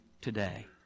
today